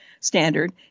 Standard